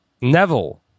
Neville